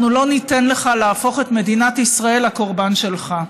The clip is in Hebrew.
אנחנו לא ניתן לך להפוך את מדינת ישראל לקורבן שלך.